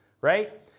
right